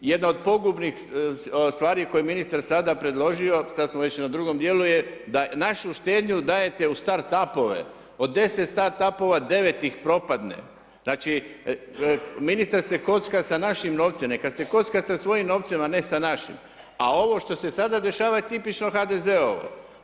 Jedna od pogubnih stvari koje je ministar sada predložio, sad smo već na drugom dijelu, je da našu štednju dajete u start apove, od 10 start apova, 9 ih propadne, znači, ministar se kocka sa našim novcem, neka se kocka sa svojim novcima, ne sa našim, a ovo što se sada dešava je tipično HDZ-ovo.